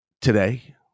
Today